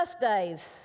birthdays